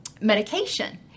medication